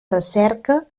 recerca